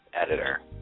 editor